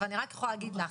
אבל אני רק יכול להגיד לך